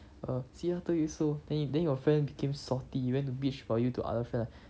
uh see lah told you so then you then your friend became salty he went to bitch about you to other friend like